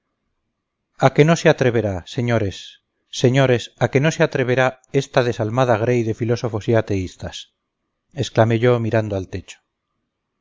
a qué no se atreverá señores señores a qué no se atreverá esta desalmada grey de filósofos y ateístas exclamé yo mirando al techo